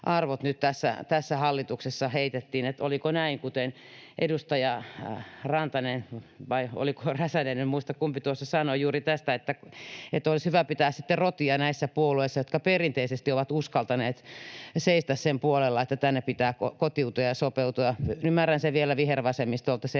arvot nyt tässä hallituksessa heitettiin. Oliko näin, kuten edustaja Rantanen — vai oliko Räsänen, en muista kumpi — tuossa juuri sanoi, että olisi hyvä pitää sitten rotia näissä puolueissa, jotka perinteisesti ovat uskaltaneet seistä sen puolella, että tänne pitää kotiutua ja sopeutua. Ymmärrän sen vielä vihervasemmistolta —